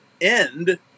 end